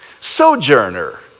Sojourner